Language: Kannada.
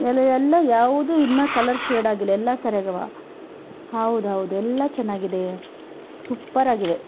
ಎಲ್ಲ ಎಲ್ಲ ಯಾವುದೂ ಇನ್ನೂ ಕಲರ್ ಶೇಡ್ ಆಗಿಲ್ಲ ಎಲ್ಲ ಸರಿಯಾಗವ ಹೌದೌದು ಎಲ್ಲಾ ಚೆನ್ನಾಗಿದೆ ಸುಪ್ಪರ್ ಆಗಿವೆ